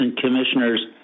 commissioners